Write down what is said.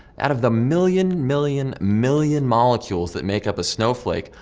out of the million million million molecules that make up a snowflake,